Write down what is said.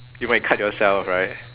you might cut yourself right